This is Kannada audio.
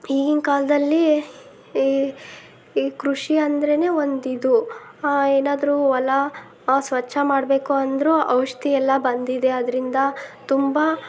ಈಗಿನ ಕಾಲದಲ್ಲಿ ಈ ಈ ಕೃಷಿ ಅಂದರೇನೆ ಒಂದು ಇದು ಏನಾದರೂ ಹೊಲ ಸ್ವಚ್ಛ ಮಾಡಬೇಕು ಅಂದರೂ ಔಷಧಿ ಎಲ್ಲ ಬಂದಿದೆ ಅದರಿಂದ ತುಂಬ